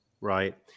right